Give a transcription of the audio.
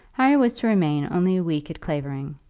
harry was to remain only a week at clavering,